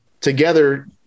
together